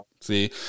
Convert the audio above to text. see